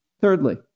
Thirdly